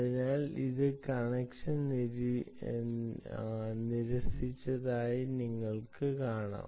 അതിനാൽ ഇത് കണക്ഷൻ നിരസിച്ചതായി നിങ്ങൾക്ക് കാണാം